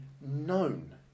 known